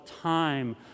time